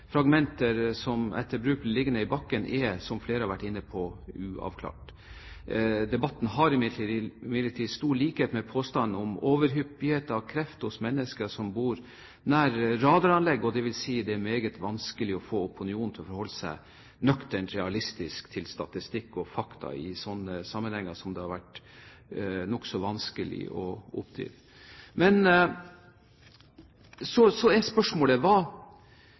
etter bruk blir liggende i bakken, er, som flere har vært inne på, uavklart. Debatten har imidlertid stor likhet med påstanden om overhyppighet av kreft hos mennesker som bor nær radaranlegg. Det vil si at det er meget vanskelig å få opinionen til å forholde seg nøkternt og realistisk til statistikk og fakta i sånne sammenhenger, som det har vært nokså vanskelig å oppdrive. Så er spørsmålet: Hva